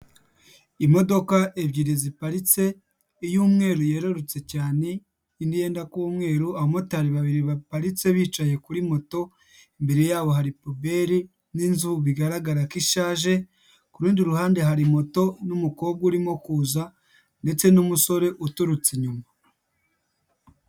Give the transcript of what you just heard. Imodoka ebyiri ziparitse, iy'umweru yerurutse cyane, indi yenda kuba umweru, abamotari babiri baparitse bicaye kuri moto, imbere yabo hari puberi n'inzu bigaragara ko ishaje. Ku rundi ruhande hari moto n'umukobwa urimo kuza ndetse n'umusore uturutse inyuma.